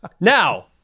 Now